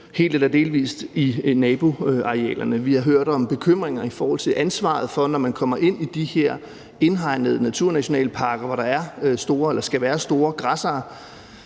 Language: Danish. sættes over styr på naboarealerne. Vi har hørt om bekymringer i forhold til ansvaret, når folk kommer ind i de her indhegnede naturnationalparker, hvor der skal være store græssere.